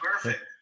Perfect